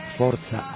forza